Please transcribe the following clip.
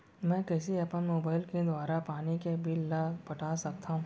मैं कइसे अपन मोबाइल के दुवारा पानी के बिल ल पटा सकथव?